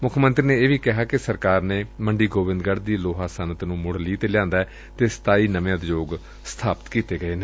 ਮੁੱਖ ਮੰਤਰੀ ਨੇ ਕਿਹਾ ਕਿ ਸਰਕਾਰ ਨੇ ਗੋਬਿੰਦਗੜ੍ਪ ਦੀ ਲੋਕ ਸੱਨਅਤ ਨੂੰ ਮੁੜ ਲੀਹ ਤੇ ਲਿਆਂਦੈ ਅਤੇ ਨਵੇਂ ਉਦਯੋਗ ਸਥਾਪਤ ਕੀਤੇ ਗਏ ਨੇ